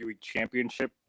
championship